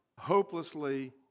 hopelessly